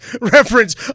reference